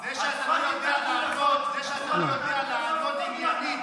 זה שאתה לא יודע לענות עניינית